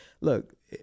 look